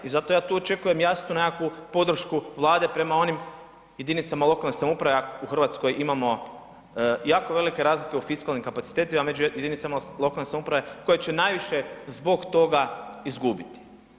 I zato ja to jasno očekujem neku podršku Vlade prema onim jedinicama lokalne samouprave, a u Hrvatskoj imamo jako velike razlike u fiskalnim kapacitetima među jedinicama lokalne samouprave koje će najviše zbog toga izgubiti.